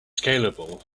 scalable